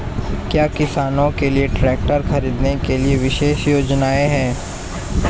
क्या किसानों के लिए ट्रैक्टर खरीदने के लिए विशेष योजनाएं हैं?